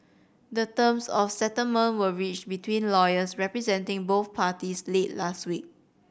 the terms of settlement were reached between lawyers representing both parties late last week